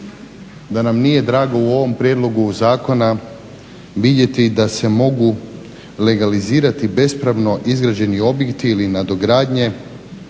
da nam nije drago u ovom prijedlogu zakona vidjeti da se mogu legalizirati bespravno izgrađeni objekti ili nadogradnje